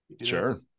sure